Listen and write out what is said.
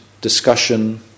discussion